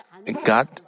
God